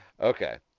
Okay